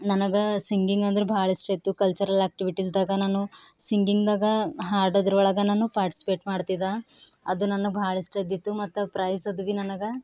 ನನಗೆ ಸಿಂಗಿಂಗಂದ್ರೆ ಭಾಳ ಇಷ್ಟಿತ್ತು ಕಲ್ಚರಲ್ ಆ್ಯಕ್ಟಿವಿಟೀಸ್ದಾಗ ನಾನು ಸಿಂಗಿಂಗ್ದಾಗ ಹಾಡೋದ್ರೊಳಗ ನಾನು ಪಾರ್ಟಿಸಿಪೇಟ್ ಮಾಡ್ತಿದ್ದ ಅದು ನನಗೆ ಭಾಳ ಇಷ್ಟ ಇದ್ದಿತ್ತು ಮತ್ತು ಪ್ರೈಸ್ ಅದು ಬಿ ನನಗೆ